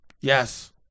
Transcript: Yes